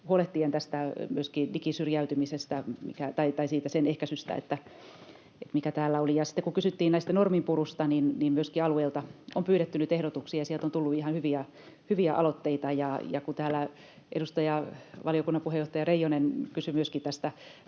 huolehtien myöskin tästä digisyrjäytymisen ehkäisystä, mikä täällä oli. Sitten kun kysyttiin tästä norminpurusta, niin myöskin alueilta on pyydetty nyt ehdotuksia, ja sieltä on tullut ihan hyviä aloitteita. Kun täällä edustaja, valiokunnan puheenjohtaja Reijonen kysyi myöskin tästä